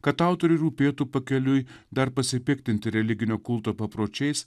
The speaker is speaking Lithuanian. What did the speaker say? kad autoriui rūpėtų pakeliui dar pasipiktinti religinio kulto papročiais